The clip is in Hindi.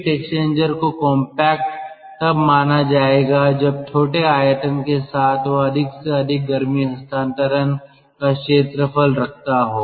हीट एक्सचेंजर को कॉम्पैक्ट तब माना जाएगा जब छोटे आयतन के साथ वह अधिक से अधिक गर्मी हस्तांतरण का क्षेत्रफल रखता हो